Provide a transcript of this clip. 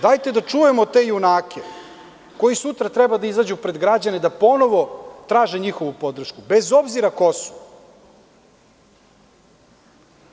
Dajte da čujemo te junake koji sutra treba da izađu pred građane i da ponovo traže njihovu podršku, bez obzira ko su.